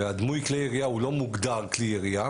והדמוי כלי ירייה לא מוגדר כלי ירייה